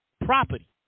property